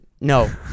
No